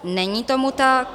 Není tomu tak.